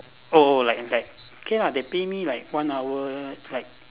oh like like okay ah they pay like me one hour like